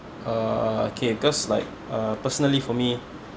uh okay because like uh personally for me